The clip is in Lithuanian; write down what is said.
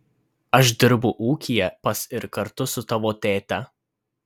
aš dirbu ūkyje pas ir kartu su savo tėte